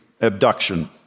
abduction